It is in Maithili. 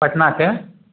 पटनाके